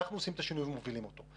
ואנחנו עכשיו מובילים שינוי בזה.